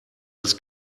des